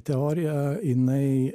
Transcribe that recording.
teorija jinai